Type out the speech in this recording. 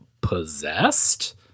possessed